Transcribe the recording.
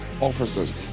officers